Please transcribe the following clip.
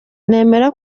nemera